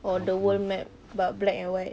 on the world map but black and white